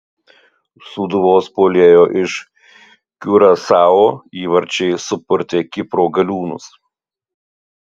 sūduvos puolėjo iš kiurasao įvarčiai supurtė kipro galiūnus